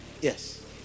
Yes